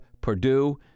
Purdue